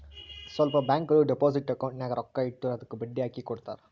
ಸ್ವಲ್ಪ ಬ್ಯಾಂಕ್ಗೋಳು deposit account ನಾಗ್ ರೊಕ್ಕಾ ಇಟ್ಟುರ್ ಅದ್ದುಕ ಬಡ್ಡಿ ಹಾಕಿ ಕೊಡ್ತಾರ್